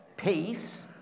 Peace